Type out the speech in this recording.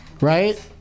right